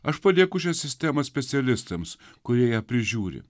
aš palieku šią sistemą specialistams kurie ją prižiūri